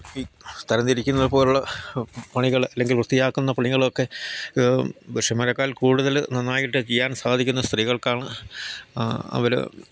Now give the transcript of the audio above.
ഈ തരം തിരിക്കുന്ന പോലെയുള്ള പണികൾ അല്ലെങ്കിൽ വൃത്തിയാക്കുന്ന പണികളൊക്കെ പുരുഷന്മാരേക്കാൾ കൂടുതൽ നന്നായിട്ട് ചെയ്യാൻ സാധിക്കുന്നത് സ്ത്രീകൾക്കാണ് അവർ